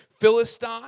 Philistine